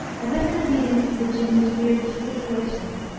as if in obedience to the jinnee's weird gesticulations,